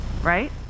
Right